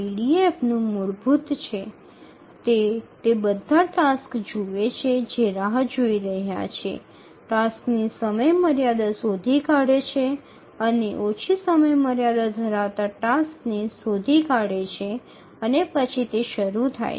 এটি অপেক্ষায় থাকা সমস্ত কার্যের দিকে নজর রাখে কার্যগুলির সময়সীমাটি খুঁজে বের করে এবং কার্যটি স্বল্পতম সময়সীমার সন্ধান করে এবং তারপরে এটি চালানো শুরু করে